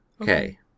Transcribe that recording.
Okay